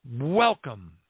Welcome